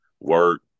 work